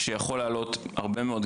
כי מישהו אמר לי שאני פריווילג".